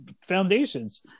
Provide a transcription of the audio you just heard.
foundations